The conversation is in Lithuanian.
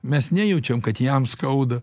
mes nejaučiam kad jam skauda